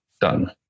done